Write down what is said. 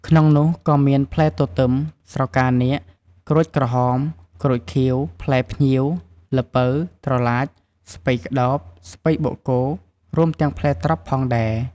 ក្នុងនោះក៏មាន ផ្លែទទឹម ស្រកានាគ ក្រូចក្រហម ក្រូចខៀវ ផ្លែភ្ញៀវ ល្ពៅ ត្រឡាច ស្ពៃក្តោប ស្ពៃបូកគោ រួមទាំងផ្លែត្រប់ផងដែរ។